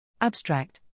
Abstract